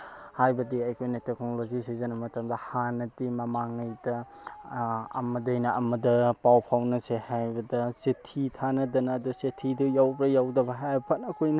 ꯍꯥꯏꯕꯗꯤ ꯑꯩꯈꯣꯏꯅ ꯇꯦꯛꯅꯣꯂꯣꯖꯤ ꯁꯤꯖꯤꯟꯅꯕ ꯃꯇꯝꯗ ꯍꯥꯟꯅꯗꯤ ꯃꯃꯥꯡꯉꯩꯗ ꯑꯃꯗꯒꯤꯅ ꯑꯃꯗ ꯄꯥꯎ ꯐꯥꯎꯅꯁꯦ ꯍꯥꯏꯕꯗ ꯆꯤꯊꯤ ꯊꯥꯅꯗꯅ ꯑꯗꯨ ꯆꯤꯊꯤꯗꯨ ꯌꯧꯕꯔ ꯌꯧꯗꯔ ꯍꯥꯏꯕ ꯐꯅ ꯀꯨꯏꯅ